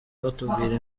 batubwira